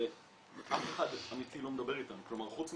הבעיות הכי גדולות של זכאים של